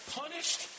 punished